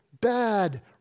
bad